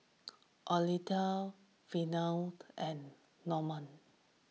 Ottilia Neveah and Normand